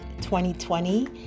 2020